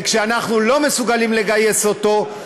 כשאנחנו לא מסוגלים לגייס אותו,